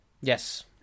Yes